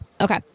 Okay